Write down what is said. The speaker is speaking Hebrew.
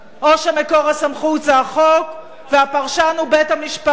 או שמקור הסמכות זה החוק, והפרשן הוא בית-המשפט?